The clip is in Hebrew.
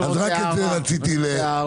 אז רק את זה רציתי להזכיר,